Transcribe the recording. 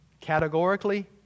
Categorically